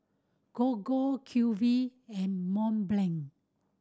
Gogo Q V and Mont Blanc